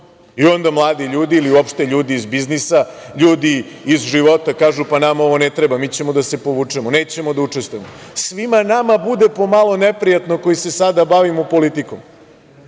Onda mladi ljudi ili uopšte ljudi iz biznisa, ljudi iz života kažu – nama ovo ne treba, mi ćemo da se povučemo. Nećemo da učestvujemo. Svima nama bude po malo neprijatno koji se sada bavimo politikom.